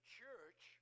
church